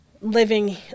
Living